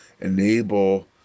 enable